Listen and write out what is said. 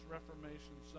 Reformation